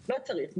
צריך.